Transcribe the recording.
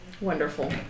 Wonderful